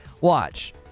Watch